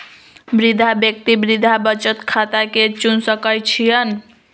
वृद्धा व्यक्ति वृद्धा बचत खता के चुन सकइ छिन्ह